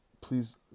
please